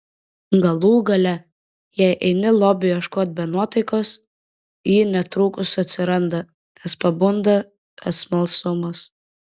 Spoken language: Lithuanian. galų gale jei eini lobio ieškoti be nuotaikos ji netrukus atsiranda nes pabunda smalsumas